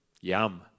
Yum